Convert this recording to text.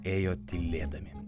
ėjo tylėdami